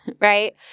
right